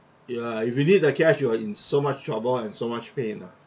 ya if you need the cash you are in so much trouble and so much pain lah